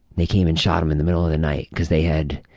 they came and shot him in the middle of the night because they had